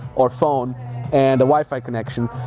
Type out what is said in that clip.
or phone and a wifi connection,